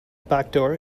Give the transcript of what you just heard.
backdoor